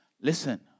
Listen